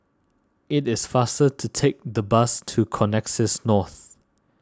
it is faster to take the bus to Connexis North